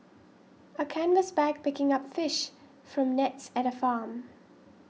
a canvas bag picking up fish from nets at a farm